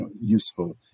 useful